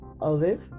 Olive